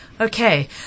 Okay